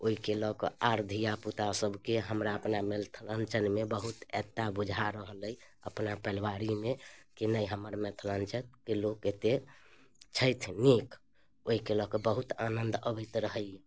ओहिके लऽ कऽ आओर धिआपुतासबके हमरा अपना मिथिलाञ्चलमे बहुत एकता बुझा रहल अइ अपना पलिवारीमे कि नहि हमर मिथिलाञ्चलके लोक एतेक छथि नीक ओहिके लऽ कऽ बहुत आनन्द अबैत रहैए